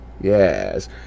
Yes